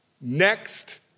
Next